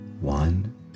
one